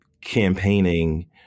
campaigning